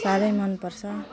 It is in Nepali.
साह्रै मनपर्छ